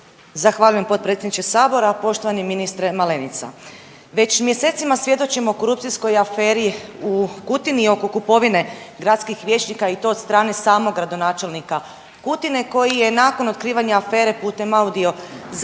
Zahvaljujem potpredsjedniče sabora. Poštovani ministre Malenica, već mjesecima svjedočimo korupcijskom aferi u Kutini oko kupovine gradskih vijećnika i to od strane samog gradonačelnika Kutine koji je nakon otkrivanja afere putem audio zapisa